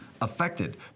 affected